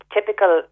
Typical